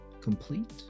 complete